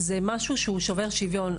זה משהו שהוא שובר שוויון.